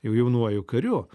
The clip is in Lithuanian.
jau jaunuoju kariu